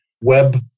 web